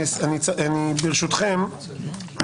ברשותכם,